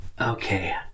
okay